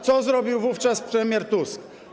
Co zrobił wówczas premier Tusk?